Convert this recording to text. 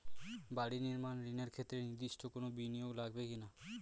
বাড়ি নির্মাণ ঋণের ক্ষেত্রে নির্দিষ্ট কোনো বিনিয়োগ লাগবে কি না?